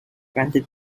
granted